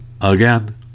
Again